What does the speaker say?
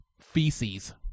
feces